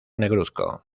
negruzco